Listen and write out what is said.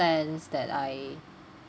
plans that I